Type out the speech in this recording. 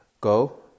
go